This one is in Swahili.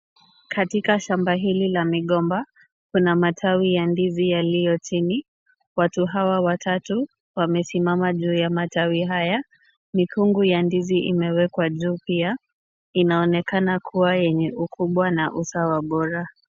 Katika shamba hili la migomba kuna matawi ya ndizi yaliyo chini. Watu hawa watatu wamesimama juu ya matawi haya. Mikungu ya ndizi imewekwa juu pia, inaonekana kuwa yenye ukubwa na usawa bora.